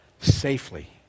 safely